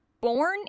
born